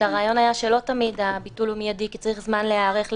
שהרעיון היה שלא תמיד הביטול מיידי כי צריך זמן להיערך לזה,